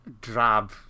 drab